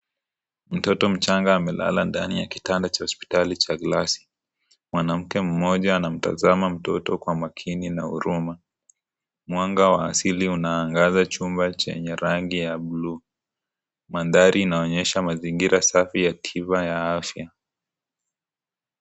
Mtoto mchanga amelala ndani ya kitanda cha hospitali cha kulazwa. Mwanamke mmoja anamtazama mtoto kwa makini na huruma, mwanga wa asili unaangaza chumba chenye rangi ya bluu. Mandhari inaonyesha mazingira safi ya tiba ya afya.